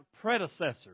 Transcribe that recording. predecessors